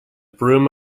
broom